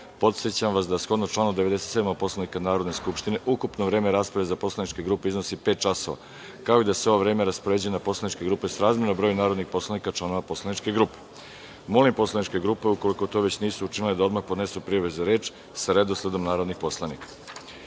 podsećam vas, da shodno članu 97. Poslovnika Narodne skupštine ukupno vreme rasprave za poslaničke grupe iznosi pet časova, kao i da se ovo vreme raspoređuje na poslaničke grupe srazmerno broju narodnih poslanika članova poslaničke grupe. Molim poslaničke grupe ukoliko to već nisu učinile da odmah podnesu prijave za reč sa redosledom narodnih poslanika. Saglasno